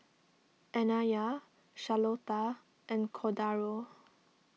Anaya Charlotta and Cordaro